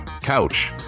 Couch